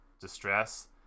distress